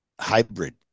hybrid